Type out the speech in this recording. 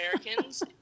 Americans